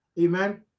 amen